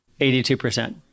82%